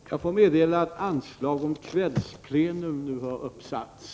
Energipolitik Jag får meddela att anslag om kvällsplenum nu har uppsatts.